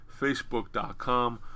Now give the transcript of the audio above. facebook.com